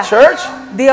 church